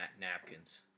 napkins